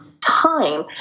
time